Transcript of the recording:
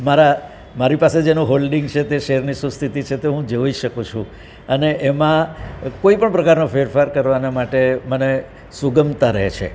મારા મારી પાસે જેનું હોલ્ડિંગ છે તેની શેરની શું સ્થિતિ છે તે હું જોઈ શકું છું અને એમાં કોઈપણ પ્રકારના ફેરફાર કરવાના માટે મને સુગમતા રહે છે